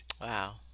Wow